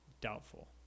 doubtful